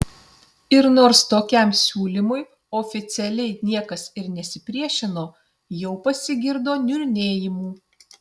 ir nors tokiam siūlymui oficialiai niekas ir nesipriešino jau pasigirdo niurnėjimų